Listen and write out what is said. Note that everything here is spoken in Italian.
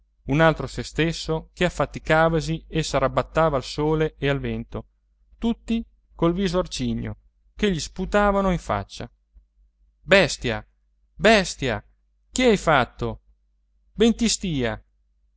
un altro sé stesso che affaticavasi e s'arrabattava al sole e al vento tutti col viso arcigno che gli sputavano in faccia bestia bestia che hai fatto ben ti stia